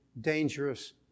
dangerous